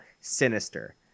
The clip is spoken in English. Sinister